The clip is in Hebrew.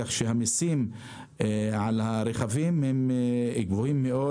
כך שהמיסים על הרכבים גבוהים מאוד.